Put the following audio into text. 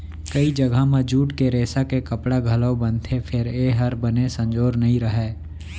कइ जघा म जूट के रेसा के कपड़ा घलौ बनथे फेर ए हर बने संजोर नइ रहय